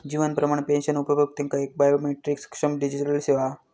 जीवन प्रमाण पेंशन उपभोक्त्यांका एक बायोमेट्रीक सक्षम डिजीटल सेवा हा